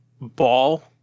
ball